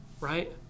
right